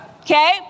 okay